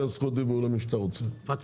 תן זכות דיבור למי שאתה רוצה.